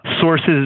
Sources